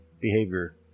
behavior